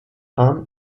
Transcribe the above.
hahn